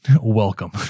welcome